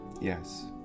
Yes